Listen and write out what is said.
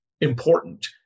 important